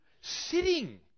sitting